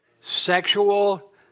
Sexual